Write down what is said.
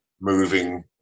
moving